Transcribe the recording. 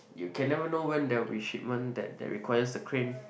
you can never know when there will be shipment that that requires the crane